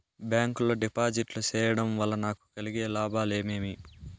Bank లో డిపాజిట్లు సేయడం వల్ల నాకు కలిగే లాభాలు ఏమేమి?